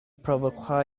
provoqua